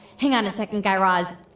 hang on a second, guy raz.